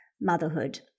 motherhood